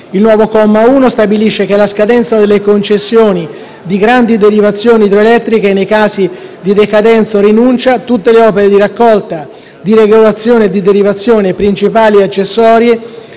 Il nuovo comma 1 stabilisce che, alla scadenza delle concessioni di grandi derivazioni idroelettriche e nei casi di decadenza o rinuncia, tutte le opere di raccolta, di regolazione e di derivazione, principali e accessorie,